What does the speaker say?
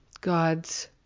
God's